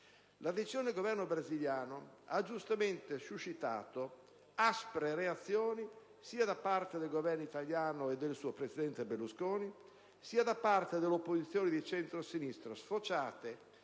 La decisione del Governo brasiliano ha giustamente suscitato aspre reazioni sia da parte del Governo italiano e del suo presidente Berlusconi, sia da parte dell'opposizione di centrosinistra, sfociate